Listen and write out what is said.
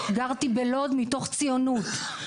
גרתי בלוד מתוך ציונות,